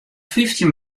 fyftjin